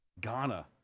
Ghana